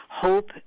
hope